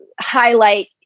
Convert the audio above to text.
highlight